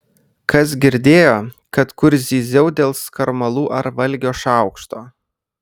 kas girdėjo kad kur zyziau dėl skarmalų ar valgio šaukšto